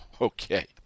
okay